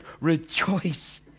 rejoice